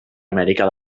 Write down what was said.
amèrica